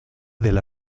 del